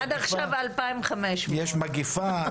עד עכשיו 2,500. יש מגפה,